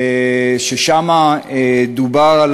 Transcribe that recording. שבה דובר על